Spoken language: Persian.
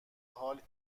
حال